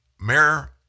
mayor